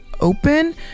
open